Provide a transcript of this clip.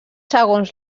segons